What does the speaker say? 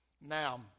Now